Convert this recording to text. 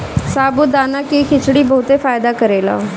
साबूदाना के खिचड़ी बहुते फायदा करेला